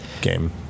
game